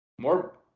More –